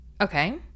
Okay